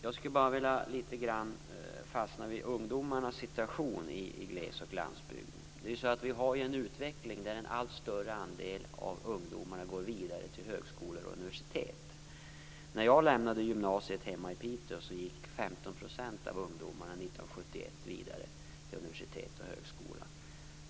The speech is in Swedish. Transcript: Jag skulle vilja uppehålla mig vid ungdomarnas situation i gles och landsbygden. Vi har en utveckling där en allt större andel av ungdomarna går vidare till högskolor och universitet. När jag lämnade gymnasiet hemma i Piteå 1971 gick 15 % av ungdomarna vidare till universitet och högskola.